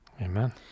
amen